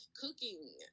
cooking